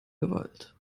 gewalt